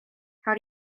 how